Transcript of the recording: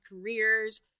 careers